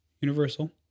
Universal